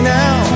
now